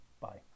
Bye